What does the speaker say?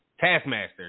Taskmaster